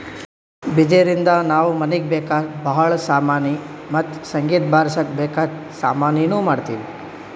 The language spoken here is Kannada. ಬಿದಿರಿನ್ದ ನಾವ್ ಮನೀಗ್ ಬೇಕಾದ್ ಭಾಳ್ ಸಾಮಾನಿ ಮತ್ತ್ ಸಂಗೀತ್ ಬಾರ್ಸಕ್ ಬೇಕಾದ್ ಸಾಮಾನಿನೂ ಮಾಡ್ತೀವಿ